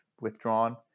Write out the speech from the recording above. withdrawn